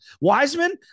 Wiseman